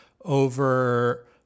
over